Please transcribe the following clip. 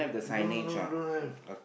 don't don't don't have